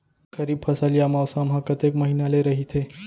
खरीफ फसल या मौसम हा कतेक महिना ले रहिथे?